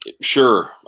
Sure